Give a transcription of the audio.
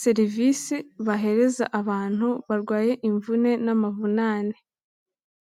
serivisi bahereza abantu barwaye imvune n'amavunane.